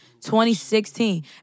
2016